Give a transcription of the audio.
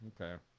Okay